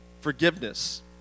forgiveness